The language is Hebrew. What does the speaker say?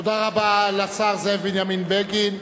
תודה רבה לשר זאב בנימין בגין,